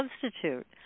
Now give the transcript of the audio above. substitute